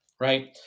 right